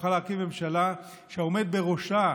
נוכל להקים ממשלה שהעומד בראשה,